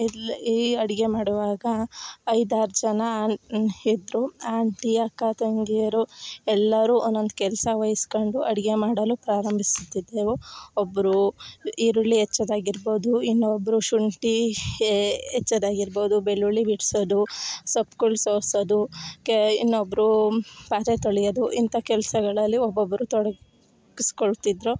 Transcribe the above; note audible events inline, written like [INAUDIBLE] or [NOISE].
[UNINTELLIGIBLE] ಈ ಅಡುಗೆ ಮಾಡುವಾಗ ಐದು ಆರು ಜನ ಇದ್ರು ಆಂಟಿ ಅಕ್ಕ ತಂಗಿಯರು ಎಲ್ಲರು ಒನೊಂದು ಕೆಲಸ ವಹಿಸ್ಕೊಂಡು ಅಡುಗೆ ಮಾಡಲು ಪ್ರಾರಂಬಿಸ್ತಿದ್ದೆವು ಒಬ್ಬರು ಈರುಳ್ಳಿ ಹೆಚ್ಚಾದಾಗಿರ್ಬೌದು ಇನ್ನೊಬ್ಬರು ಶುಂಠಿ ಹೆಚ್ಚದಾಗಿರ್ಬೌದು ಬೆಳ್ಳುಳ್ಳಿ ಬಿಡಿಸೋದು ಸೊಪ್ಗುಳ್ ಸೋಸೋದು ಕೆ ಇನ್ನೊಬ್ಬರು ಪಾತ್ರೆ ತೊಳಿಯೋದು ಇಂಥ ಕೆಲಸಗಳಲ್ಲಿ ಒಬ್ರೊಬ್ಬರು ತೊಡಗಿ ಸ್ಕೊಳ್ತಿದ್ರು